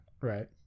Right